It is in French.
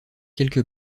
quelque